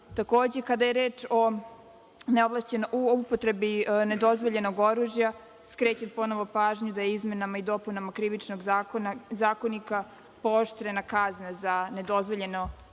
kada je reč o upotrebi nedozvoljenog oružja, skrećem ponovo pažnju da je izmenama i dopunama Krivičnog zakonika pooštrena kazna za nedozvoljeno